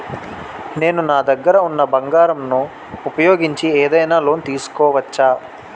నేను నా దగ్గర ఉన్న బంగారం ను ఉపయోగించి ఏదైనా లోన్ తీసుకోవచ్చా?